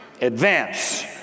advance